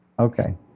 Okay